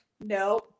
No